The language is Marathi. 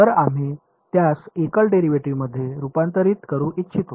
तर आम्ही त्यास एकल डेरिव्हेटिव्हमध्ये रूपांतरित करू इच्छितो